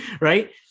right